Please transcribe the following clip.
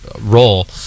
role